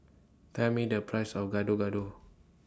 Tell Me The Price of Gado Gado